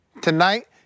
tonight